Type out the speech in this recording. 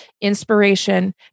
inspiration